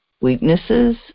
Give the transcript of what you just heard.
weaknesses